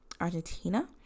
Argentina